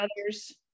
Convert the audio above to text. others